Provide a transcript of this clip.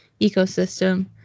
ecosystem